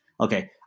okay